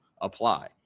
apply